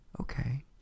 okay